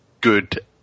good